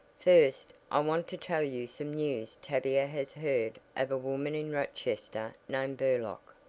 first, i want to tell you some news tavia has heard of a woman in rochester named burlock!